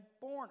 born